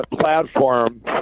platform